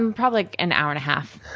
and probably an hour and a half.